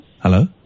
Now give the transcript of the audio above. Hello